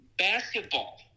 Basketball